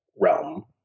realm